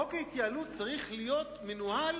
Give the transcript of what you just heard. אישור חוק ההתייעלות צריך להיות מנוהל